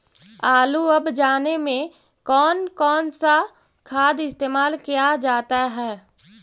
आलू अब जाने में कौन कौन सा खाद इस्तेमाल क्या जाता है?